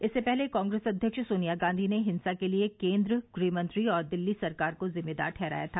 इससे पहले कांग्रेस अध्यक्ष सोनिया गांधी ने हिंसा के लिए केन्द्र गृहमंत्री और दिल्ली सरकार को जिम्मेदार ठहराया था